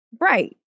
right